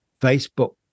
Facebook